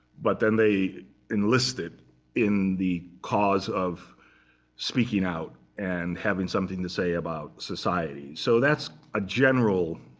but then they enlist it in the cause of speaking out, and having something to say about society. so that's a general,